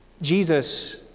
Jesus